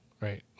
right